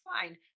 fine